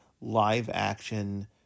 live-action